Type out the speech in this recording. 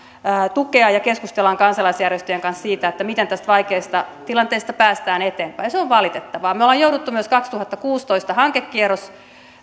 tukea ja keskustellaan kansalaisjärjestöjen kanssa siitä miten tästä vaikeasta tilanteesta päästään eteenpäin se on valitettavaa me olemme joutuneet myös vuoden kaksituhattakuusitoista hankekierroksen